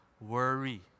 worry